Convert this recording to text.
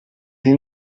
his